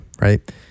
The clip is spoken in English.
right